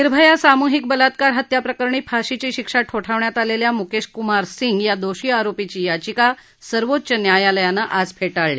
निर्भया सामूहिक बलात्कार आणि हत्याप्रकरणी फाशीची शिक्षा ठोठावण्यात आलेल्या मुकेश कुमार सिंग या दोषी आरोपीची याचिका सर्वोच्च न्यायालयानं आज फेटाळली